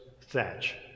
thatch